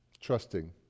Trusting